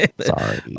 Sorry